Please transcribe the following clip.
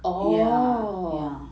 ya